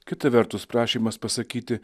kita vertus prašymas pasakyti